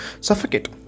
suffocate